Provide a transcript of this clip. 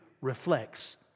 reflects